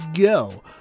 go